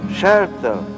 shelter